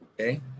Okay